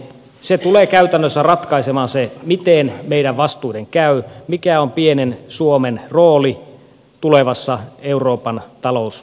se tulee käytännössä ratkaisemaan sen miten meidän vastuidemme käy mikä on pienen suomen rooli tulevassa euroopan talousmyllerryksessä